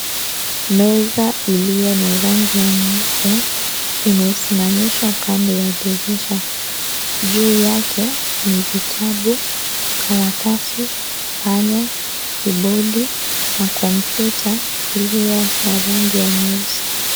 Meza iliyo na rangi ya nyeupe imesimamishwa kando dirisha. Juu yake ni vitabu, Karatasi, panya, kibodi na komputa iliyo na rangi ya nyeusi.